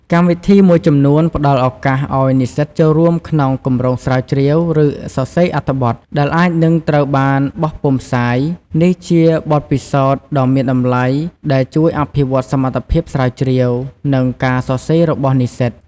កម្មវិធីមួយចំនួនផ្តល់ឱកាសឱ្យនិស្សិតចូលរួមក្នុង គម្រោងស្រាវជ្រាវ ឬ សរសេរអត្ថបទ ដែលអាចនឹងត្រូវបានបោះពុម្ពផ្សាយ នេះជាបទពិសោធន៍ដ៏មានតម្លៃដែលជួយអភិវឌ្ឍសមត្ថភាពស្រាវជ្រាវ និងការសរសេររបស់និស្សិត។